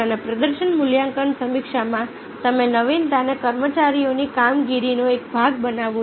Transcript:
અને પ્રદર્શન મૂલ્યાંકન સમીક્ષામાં તમે નવીનતાને કર્મચારીઓની કામગીરીનો એક ભાગ બનાવો છો